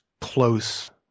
close